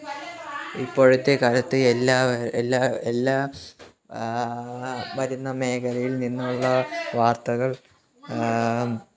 ഇപ്പോഴത്തെ കാലത്ത് എല്ലാ എല്ലാ എല്ലാ വരുന്ന മേഖലയില് നിന്നുള്ള വാര്ത്തകള്